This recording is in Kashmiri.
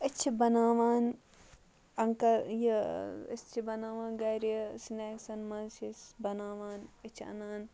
أسۍ چھِ بَناوان اَنکَل یہِ أسۍ چھِ بَناوان گَرِ سِنٮ۪کسَن منٛز چھِ أسۍ بَناوان أسۍ چھِ اَنان